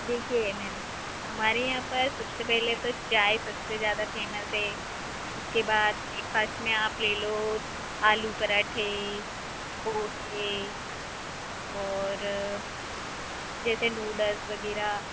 देखिए मैम हमारे यहाँ पर सबसे पहले तो चाय सबसे ज़्यादा फेमस है उसके बाद ब्रेकफास्ट में आप ले लो आलू पराठे पोहे और जैसे नूडल्स वग़ैरह